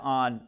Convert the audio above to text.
on